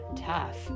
tough